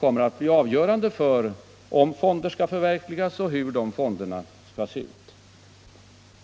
kommer att bli avgörande för om fonderna skall förverkligas och hur de i så fall skall se ut.